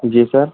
जी sir